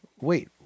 wait